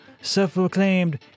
self-proclaimed